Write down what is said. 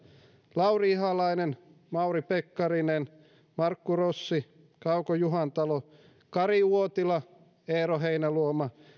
lauri ihalainen mauri pekkarinen markku rossi kauko juhantalo kari uotila eero heinäluoma